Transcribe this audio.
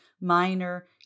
minor